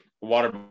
water